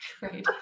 Right